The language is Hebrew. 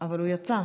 אבל הוא יצא.